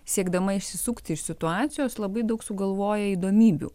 siekdama išsisukti iš situacijos labai daug sugalvoja įdomybių